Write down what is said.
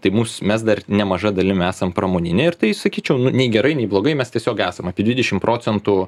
tai mūs mes dar nemaža dalim esam pramoninė ir tai sakyčiau nei gerai nei blogai mes tiesiog esam apie dvidešim procentų